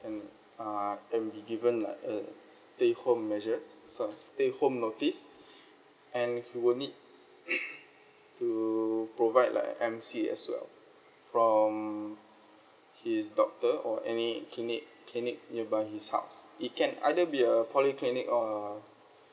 and uh and be given like a stay home measure sorry stay home notice and he will need to provide like M C as well from his doctor or any clinic clinic nearby his house it can either be a polyclinic or